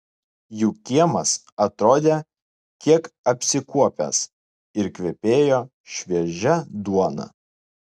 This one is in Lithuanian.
jų kiemas atrodė kiek apsikuopęs ir kvepėjo šviežia duona